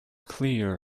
clear